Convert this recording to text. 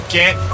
get